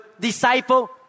disciple